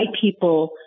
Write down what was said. people